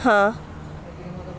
ہاں